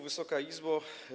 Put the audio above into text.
Wysoka Izbo!